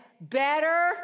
better